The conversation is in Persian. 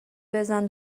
بزن